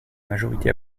majorité